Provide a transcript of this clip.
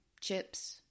chips